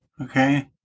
Okay